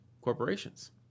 corporations